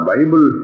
Bible